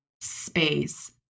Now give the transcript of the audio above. space